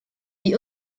wie